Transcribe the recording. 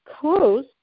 close